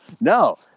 no